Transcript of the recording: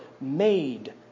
made